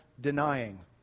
denying